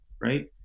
Right